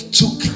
took